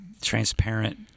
transparent